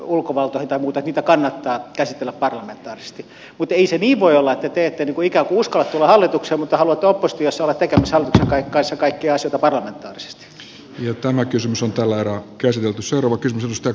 ulkovaltoihin tai muuhun joita kannattaa käsitellä parlamentaarisesti mutta ei se niin voi olla että te ette ikään kuin uskalla tulla hallitukseen taluttaa postia saavat tekemistä vaikka mutta haluatte oppositiossa olla tekemässä hallituksen kanssa kaikkia asioita parlamentaarisesti